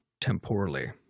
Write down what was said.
temporally